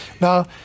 Now